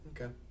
okay